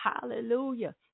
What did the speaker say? hallelujah